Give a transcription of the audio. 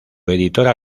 editora